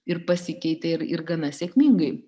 ir pasikeitė ir ir gana sėkmingai